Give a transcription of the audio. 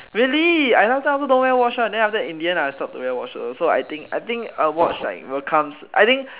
really I last time also don't wear watch one so then after that in the end I think I think a watch will come I think